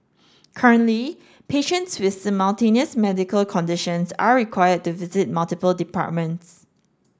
currently patients with simultaneous medical conditions are required to visit multiple departments